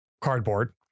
cardboard